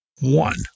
one